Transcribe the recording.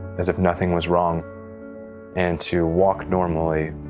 as if nothing was wrong and to walk normally